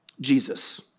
Jesus